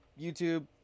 YouTube